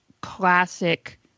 classic